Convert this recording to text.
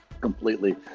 completely